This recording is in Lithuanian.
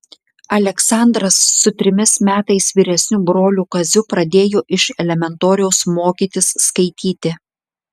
aleksandras su trimis metais vyresniu broliu kaziu pradėjo iš elementoriaus mokytis skaityti